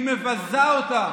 היא מבזה אותה.